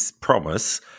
promise